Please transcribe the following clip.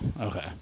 Okay